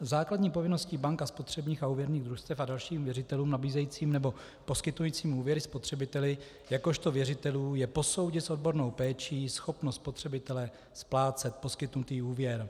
Základní povinností bank a spotřebních a úvěrních družstev a dalším věřitelům nabízejícím nebo poskytujícím úvěry spotřebiteli jakožto věřitelů je posoudit s odbornou péčí schopnost spotřebitele splácet poskytnutý úvěr.